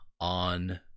on